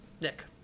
Nick